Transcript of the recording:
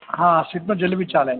હા સ્વીટમાં જલેબી ચાલે